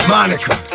Monica